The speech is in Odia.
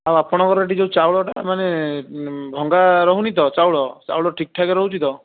ଆଉ ଆପଣଙ୍କର ଏଠି ଯେଉଁ ଚାଉଳଟା ମାନେ ଭଙ୍ଗା ରହୁନି ତ ଚାଉଳ ଚାଉଳ ଠିକ୍ ଠାକ୍ ରହୁଛି ତ